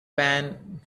pan